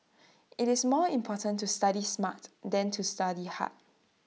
IT is more important to study smart than to study hard